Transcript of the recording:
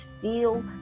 feel